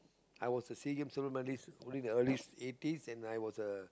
I was S_E_A games silver medalist early eighties and I was a